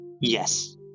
Yes